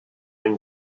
une